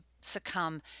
succumb